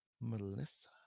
melissa